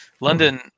London